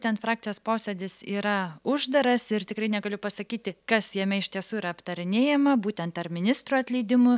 ten frakcijos posėdis yra uždaras ir tikrai negaliu pasakyti kas jame iš tiesų yra aptarinėjama būtent ar ministrų atleidimų